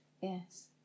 Yes